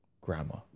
grammar